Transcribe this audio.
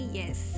yes